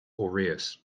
aureus